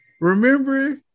Remember